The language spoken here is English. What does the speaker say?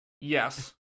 Yes